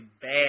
bad